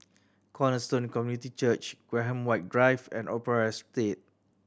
Cornerstone Community Church Graham White Drive and Opera Estate